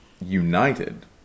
united